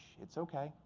it's ok.